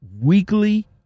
weekly